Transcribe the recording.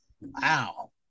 Wow